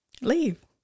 leave